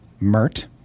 Mert